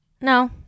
No